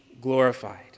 glorified